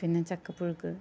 പിന്നെ ചക്കപ്പുഴുക്ക്